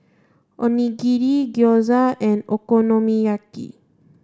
Onigiri Gyoza and Okonomiyaki